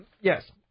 yes